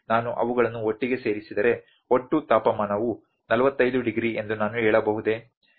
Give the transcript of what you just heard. ನಾನು ಅವುಗಳನ್ನು ಒಟ್ಟಿಗೆ ಸೇರಿಸಿದರೆ ಒಟ್ಟು ತಾಪಮಾನವು 45 ಡಿಗ್ರಿ ಎಂದು ನಾನು ಹೇಳಬಹುದೇ